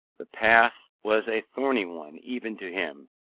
the path was a thorny one, even to him,